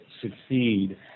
succeed